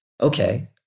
okay